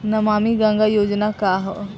नमामि गंगा योजना का ह?